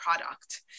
product